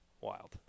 Wild